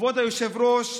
כבוד היושב-ראש,